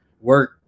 work